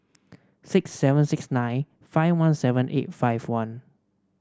six seven six nine five one seven eight five one